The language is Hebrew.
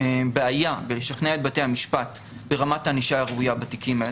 בעיה בלשכנע את בתי המשפט ברמת הענישה הראויה בתיקים האלה.